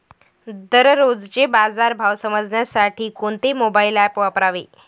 दररोजचे बाजार भाव समजण्यासाठी कोणते मोबाईल ॲप वापरावे?